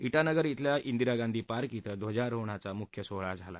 विनगर शिल्या ांदिरा गांधी पार्क शिं ध्वजारोहणाचा मुख्य सोहळा झाला